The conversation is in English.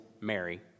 mary